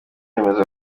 bemeza